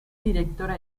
directora